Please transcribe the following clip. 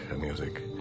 music